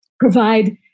provide